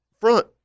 front